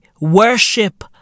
Worship